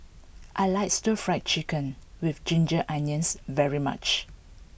I like stir fried chicken with ginger onions very much